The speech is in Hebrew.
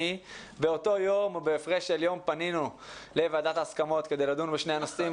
באותו יום ובהפרש של יום פנינו לוועדת ההסכמות כדי לדון בשני הנושאים.